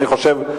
אני חושב,